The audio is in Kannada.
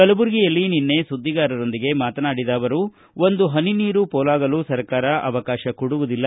ಕಲಬುರಗಿಯಲ್ಲಿ ನಿನ್ನೆ ಸುದ್ದಿಗಾರರೊಂದಿಗೆ ಮಾತನಾಡಿದ ಅವರು ಒಂದು ಹನಿ ನೀರು ಪೋಲಾಗಲು ಸರ್ಕಾರ ಅವಕಾಶ ಕೊಡುವುದಿಲ್ಲ